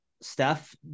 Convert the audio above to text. Steph